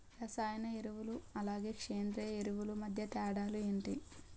రసాయన ఎరువులు అలానే సేంద్రీయ ఎరువులు మధ్య తేడాలు ఏంటి?